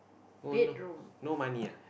oh no no money ah